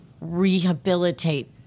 rehabilitate